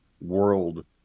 world